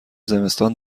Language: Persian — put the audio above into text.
زمستان